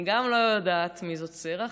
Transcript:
אני גם לא יודעת מי זאת שרח,